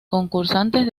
concursantes